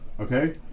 okay